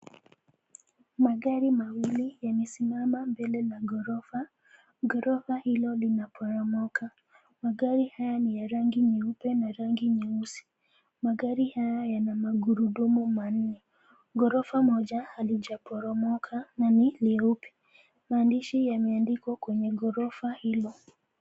Magari mawili yamesimama mbele la gorofa, gorofa hilo linaporomoka. Magari haya ni ya rangi nyeupe na rangi nyeusi. Magari haya yana magurudumu manne. Gorofa moja halijaporomoka na ni leupe. Maandishi yameandikwa kwenye gorofa hilo.